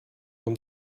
mám